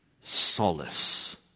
solace